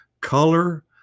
color